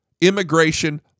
immigration